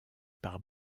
par